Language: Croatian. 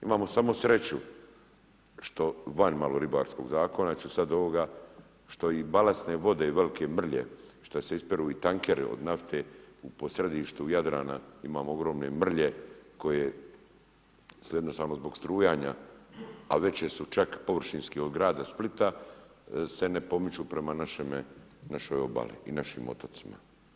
Imamo samo sreću što van malo ribarskog zakona će sad i balastne vode i velike mrlje, što se ispiru i tankeri od nafte i po središtu Jadrana imamo ogromne mrlje koje se jednostavno zbog strujanja a veće su čak površinske od grada Splita se ne pomiču prema našoj obali i našim otocima.